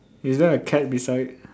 is there a cat beside